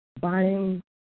buying